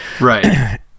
Right